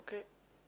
אוקיי.